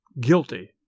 guilty